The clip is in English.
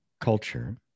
culture